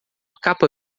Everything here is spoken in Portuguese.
capa